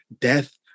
Death